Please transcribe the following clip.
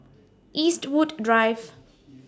Eastwood Drive